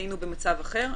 היינו במצב אחר.